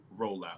rollout